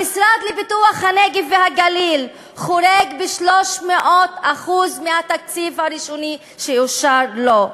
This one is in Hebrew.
המשרד לפיתוח הנגב והגליל חורג ב-300% מהתקציב הראשוני שאושר לו,